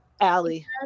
Allie